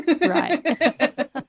Right